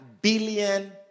billion